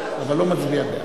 אבל לא מצביע בעד.